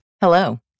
Hello